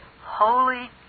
Holy